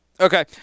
Okay